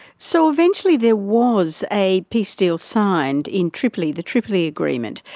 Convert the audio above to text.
so eventually there was a peace deal signed in tripoli, the tripoli agreement.